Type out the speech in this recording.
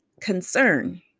concern